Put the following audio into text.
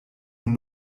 nun